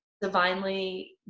divinely